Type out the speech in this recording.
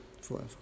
forever